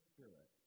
Spirit